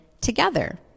together